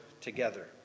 together